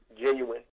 genuine